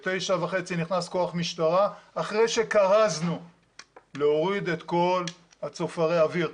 בתשע וחצי נכנס כוח משטרה אחרי שכרזנו להוריד את כל צופרי האוויר.